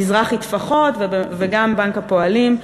מזרחי-טפחות וגם בנק הפועלים,